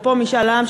אפרופו משאל עם,